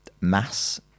mass